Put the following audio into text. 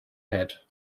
head